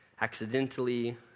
accidentally